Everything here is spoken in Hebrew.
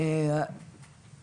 אדוני יושב הראש,